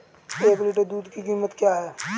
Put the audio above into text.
एक लीटर दूध की कीमत क्या है?